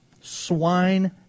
swine